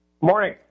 Morning